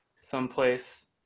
someplace